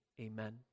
amen